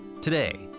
Today